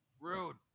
Rude